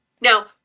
now